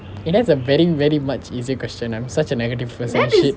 eh that's a very very much easier question I'm such a negative person shit